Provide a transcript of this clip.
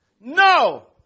No